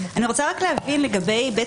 מבקשת להבין את הקשר בין הסעיפים על הגנת בית